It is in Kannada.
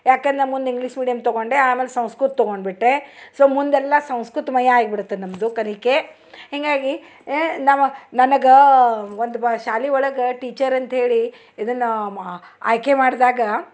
ಯಾಕಂದ್ರ್ ನಾನು ಮುಂದೆ ಇಂಗ್ಲೀಷ್ ಮೀಡಿಯಮ್ ತೊಗೊಂಡೆ ಆಮೇಲೆ ಸಂಸ್ಕೃತ ತೊಗೊಂಡುಬಿಟ್ಟೆ ಸೊ ಮುಂದೆ ಎಲ್ಲ ಸಂಸ್ಕೃತ ಮಯ ಆಗ್ಬಿಡ್ತು ನಮ್ಮದು ಕಲಿಕೆ ಹೀಗಾಗಿ ನಮ್ಮ ನನಗೆ ಒಂದು ಬಾ ಶಾಲೆ ಒಳಗೆ ಟೀಚರ್ ಅಂತೇಳಿ ಇದನ್ನು ಮ ಆಯ್ಕೆ ಮಾಡಿದಾಗ